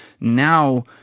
Now